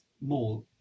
more